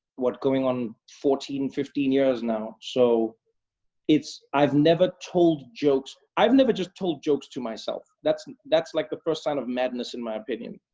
what, going on fourteen, fifteen years now. so it's i've never told jokes i've never just told jokes to myself. that's that's like the first sign of madness in my opinion.